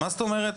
מה זאת אומרת?